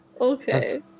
Okay